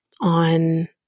on